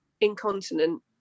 incontinent